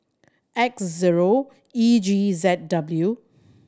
X zero E G Z W